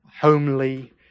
homely